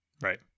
right